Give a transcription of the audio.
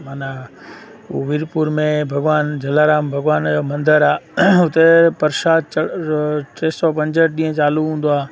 माना वीरपुर में भॻवान जलाराम भॻवान जो मंदरु आहे हुते प्रशाद चढ़ टे सौ पंजहठि ॾींहं चालू हूंदो आहे